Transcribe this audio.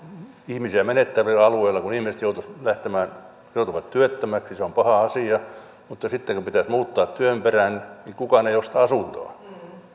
ihmisiä menettävillä alueilla että kun ihmiset joutuvat lähtemään joutuvat työttömäksi se on paha asia niin sitten kun pitäisi muuttaa työn perään kukaan ei osta asuntoa